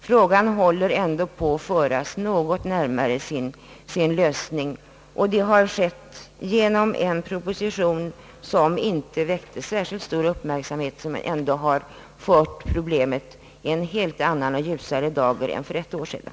Frågan håller ändå på att föras något närmare sin lösning, och det har skett genom en proposition som inte väckt särskilt stor uppmärksamhet, men som kommit problemen att framstå i en ljusare dager än för ett år sedan.